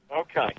Okay